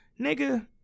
nigga